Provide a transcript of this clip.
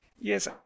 Yes